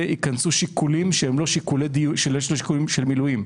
ייכנסו שיקולים שהם לא שיקולים של מילואים.